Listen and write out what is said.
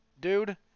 Dude